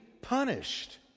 punished